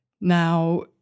Now